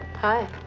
Hi